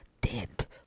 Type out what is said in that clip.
dead